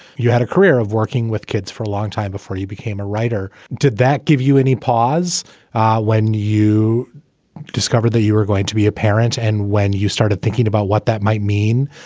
you had a career of working with kids for a long time before you became a writer. did that give you any pause when you discovered that you were going to be a parent and when you started thinking about what that might mean,